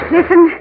Listen